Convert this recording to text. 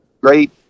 great